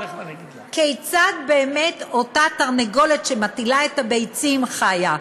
כיצד באמת אותה תרנגולת שמטילה את הביצים חיה.